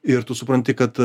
ir tu supranti kad